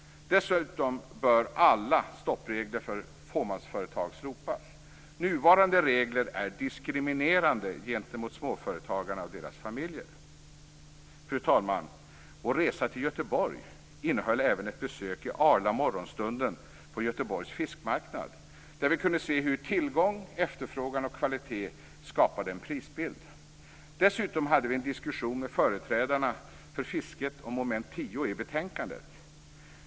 Dessutom bör alla stoppregler för fåmansföretag slopas. Nuvarande regler är diskriminerande gentemot småföretagarna och deras familjer. Fru talman! Vår resa till Göteborg innehöll även ett besök i arla morgonstunden på Göteborgs fiskmarknad. Vi kunde där se hur tillgång, efterfrågan och kvalitet skapade en prisbild. Dessutom hade vi en diskussion med företrädarna för fisket om mom. 10 i betänkandet.